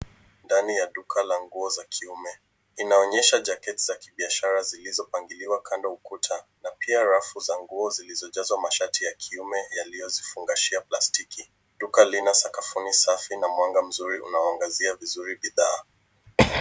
Ndani ya duka la nguo za kiume, inaonyesha jaketi za kibiashara zilizopangiliwa kando ya ukuta na pia rafu za nguo zilizojazwa mashati ya kiume yaliyozifungashia plastiki. Duka lina sakafuni safi na mwanga mzuri unaoangazia vizuri bidhaa.